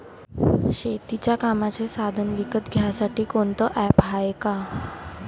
शेतीच्या कामाचे साधनं विकत घ्यासाठी कोनतं ॲप हाये का?